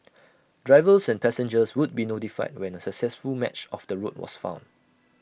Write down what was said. drivers and passengers would be notified when A successful match of the route was found